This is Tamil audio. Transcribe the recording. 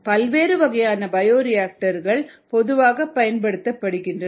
பல்வேறு வகையான பயோரியாக்டர்கள் பொதுவாகப் பயன்படுத்தப்படுகின்றன